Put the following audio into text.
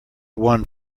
one